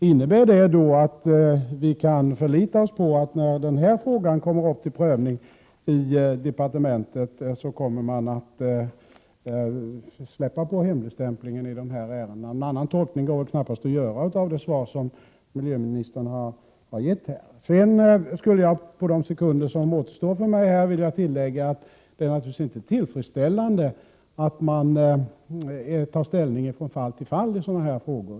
Innebär det att vi kan förlita oss på att, när de här ärendena kommer upp till prövning i departementet, hemligstämpeln kommer att hävas? Någon annan tolkning kan man väl inte göra av det svar som miljöministern har gett. På de sekunder som återstår för mig skulle jag vilja tillägga att det Prot. 1987/88:124 naturligtvis inte är tillfredsställande att man tar ställning från fall till fall i 20 maj 1988 sådana här frågor.